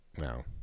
No